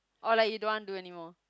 or like you don't want to do anymore